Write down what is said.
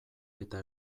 eta